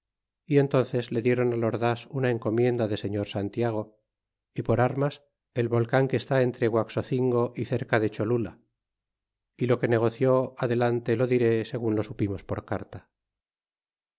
y entnces le diéron al ordas una encomienda de señor santiago y por armas el volean que está entre guaxocingo y cerca de cholula y lo que negoció adelante lo diré segun lo supimos por carta